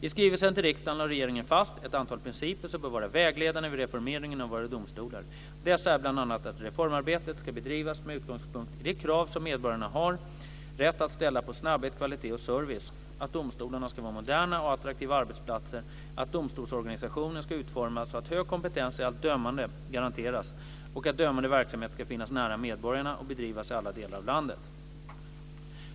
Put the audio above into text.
I skrivelsen till riksdagen lade regeringen fast ett antal principer som bör vara vägledande vid reformeringen av våra domstolar. Dessa är bl.a. att reformarbetet ska bedrivas med utgångspunkt i de krav som medborgarna har rätt att ställa på snabbhet, kvalitet och service, att domstolarna ska vara moderna och attraktiva arbetsplatser, att domstolsorganisationen ska utformas så att hög kompetens i allt dömande garanteras och att dömande verksamhet ska finnas nära medborgarna och bedrivas i alla delar av landet.